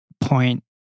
point